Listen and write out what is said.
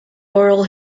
oral